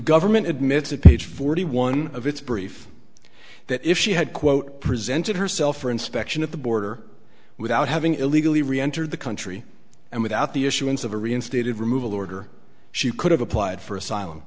government admits a page forty one of its brief that if she had quote presented herself for inspection at the border without having illegally reentered the country and without the issuance of a reinstated removal order she could have applied for asylum